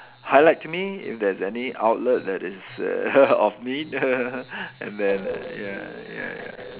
highlight to me if there's any outlet that is err of need and then ya ya ya